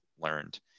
learned